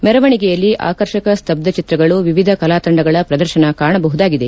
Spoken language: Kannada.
ಮೆರವಣಿಗೆಯಲ್ಲಿ ಆಕರ್ಷಕ ಸ್ತಬ್ದಚಿತ್ರಗಳು ವಿವಿಧ ಕಲಾತಂಡಗಳ ಪ್ರದರ್ಶನ ಕಾಣಬಹುದಾಗಿದೆ